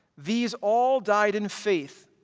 these all died in faith,